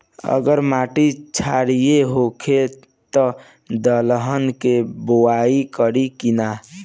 अगर मिट्टी क्षारीय होखे त दलहन के बुआई करी की न?